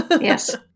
Yes